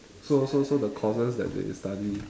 so so so the courses that they study